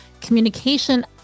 communication